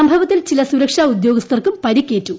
സംഭവത്തിൽ ചില സുരക്ഷാ ഉദ്യോഗസ്ഥർക്കും പരി ക്കേറ്റു